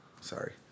Sorry